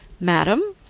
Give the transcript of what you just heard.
madam,